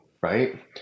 right